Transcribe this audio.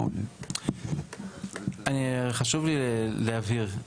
חשוב לי להבהיר.